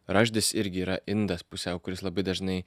raždis irgi yra indas pusiau kuris labai dažnai